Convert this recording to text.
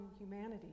humanity